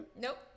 Nope